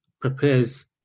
prepares